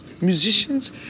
musicians